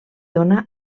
dóna